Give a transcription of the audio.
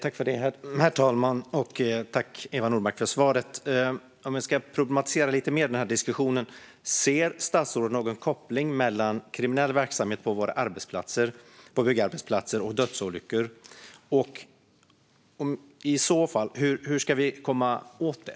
Herr talman! Tack, Eva Nordmark, för svaret! Om vi ska problematisera diskussionen lite mer: Ser statsrådet någon koppling mellan kriminell verksamhet på byggarbetsplatser och dödsolyckor? Hur ska vi i så fall komma åt det?